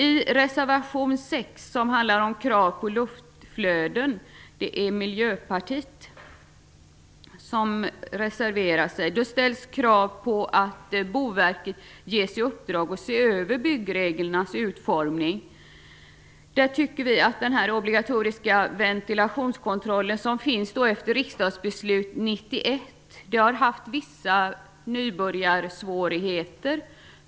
I reservation 6 av Miljöpartiet om krav på luftflöden ställs krav på att Boverket ges i uppdrag att se över byggreglernas utformning. Vi menar att den obligatoriska ventilationskontroll som finns efter riksdagsbeslutet 1991 har haft vissa nybörjarsvårigheter.